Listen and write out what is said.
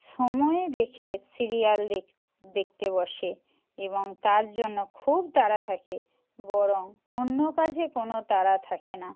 সময় দেখে সিরিয়াল দেখতে বসে এবং তার জন্য খুব তাড়া থাকে বরং অন্য কাজে কোনও তাড়া থাকে না